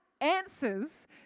answers